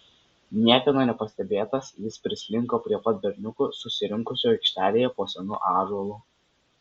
niekieno nepastebėtas jis prislinko prie pat berniukų susirinkusių aikštelėje po senu ąžuolu